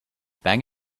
bang